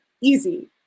easy